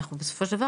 בסופו של דבר,